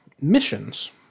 Missions